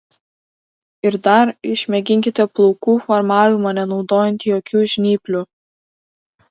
ir dar išmėginkite plaukų formavimą nenaudojant jokių žnyplių